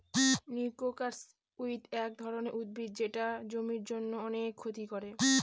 noxious weed এক ধরনের উদ্ভিদ যেটা জমির জন্য অনেক ক্ষতি করে